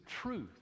truth